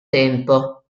tempo